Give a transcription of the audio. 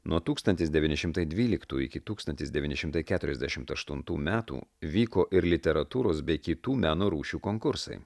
nuo tūkstantis devyni šimtai dvyliktų iki tūkstantis devyni šimtai keturiasdešimt aštuntų metų vyko ir literatūros bei kitų meno rūšių konkursai